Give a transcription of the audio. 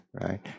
right